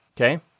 okay